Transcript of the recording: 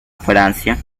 francia